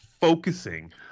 focusing